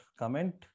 comment